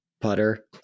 putter